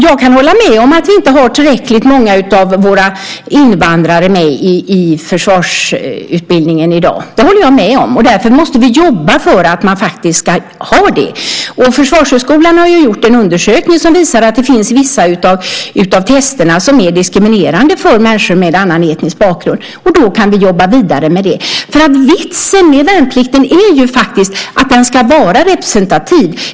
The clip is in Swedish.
Jag kan hålla med om att vi inte har tillräckligt många av våra invandrare med i försvarsutbildningen i dag. Därför måste vi jobba för att vi ska ha det. Försvarshögskolan har gjort en undersökning som visar att vissa av testerna är diskriminerande för människor med annan etnisk bakgrund, och då kan vi jobba vidare med det. Vitsen med värnplikten är att den ska vara representativ.